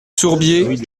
sourbier